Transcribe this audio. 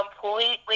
completely